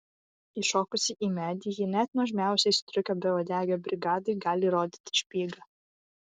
įšokusi į medį ji net nuožmiausiai striukio beuodegio brigadai gali rodyti špygą